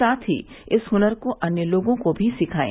साथ ही इस हुनर को अन्य लोगों को भी सिखायें